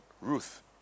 Ruth